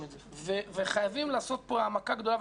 את זה וחייבים לעשות פה העמקה גדולה,